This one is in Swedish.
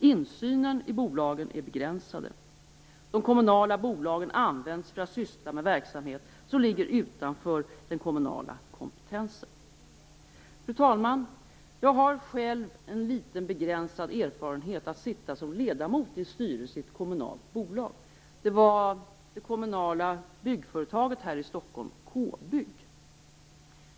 Insynen i bolagen är begränsad. De kommunala bolagen används för att syssla med verksamhet som ligger utanför den kommunala kompetensen. Fru talman! Jag har själv en begränsad erfarenhet av att sitta som ledamot i en styrelse i ett kommunalt bolag. Det var det kommunala byggföretaget här i Stockholm - K-bygg.